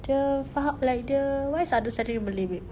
dia faham like the what is understanding in malay babe